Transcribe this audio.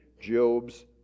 Job's